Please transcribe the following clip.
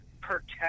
protect